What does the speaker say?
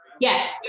Yes